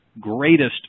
greatest